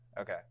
okay